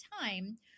time